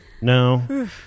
No